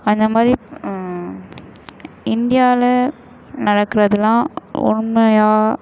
அந்த மாதிரி இந்தியாவில் நடக்கிறதுலாம் உண்மையாக